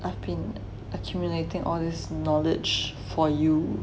I've been accumulating all this knowledge for you